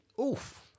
Oof